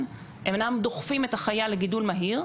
הם אינם דוחפים את החיה לגידול מהיר,